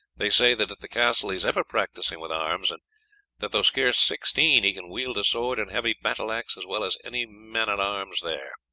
they say that at the castle he is ever practising with arms, and that though scarce sixteen he can wield a sword and heavy battle-axe as well as any man-at-arms there.